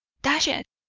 dash it!